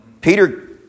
Peter